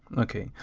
okay.